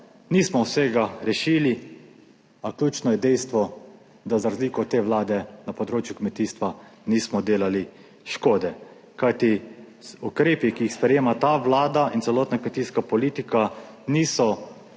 Nismo vsega rešili, a ključno je dejstvo, da za razliko od te Vlade na področju kmetijstva nismo delali škode. Kajti, ukrepi, ki jih sprejema ta Vlada in celotna kmetijska politika niso